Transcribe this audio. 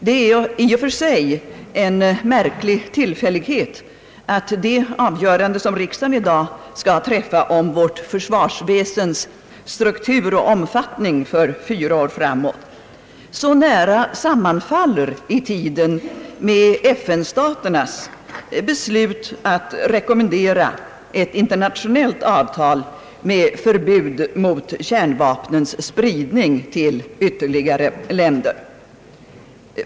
Det är i och för sig en märklig tillfällighet att de avgöranden som riksdagen i dag skall träffa om vårt försvarsväsens struktur och omfattning för fyra år framåt så nära i tiden sammanfaller med FN-staternas beslut att rekommendera ett internationellt avtal med förbud mot kärnvapnens spridning till ytterligare länder.